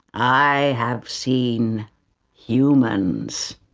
i have seen humans!